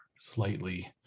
Slightly